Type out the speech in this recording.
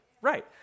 Right